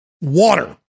water